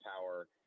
power